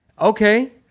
Okay